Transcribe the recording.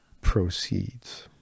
proceeds